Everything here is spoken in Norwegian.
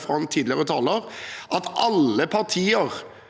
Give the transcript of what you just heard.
fra en tidligere taler, at alle partier